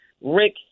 Rick